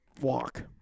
walk